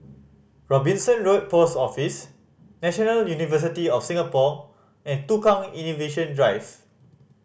Robinson Road Post Office National University of Singapore and Tukang Innovation Drive